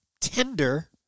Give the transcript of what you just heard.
tender